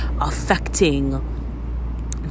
affecting